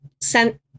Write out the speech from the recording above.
sent